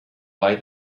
way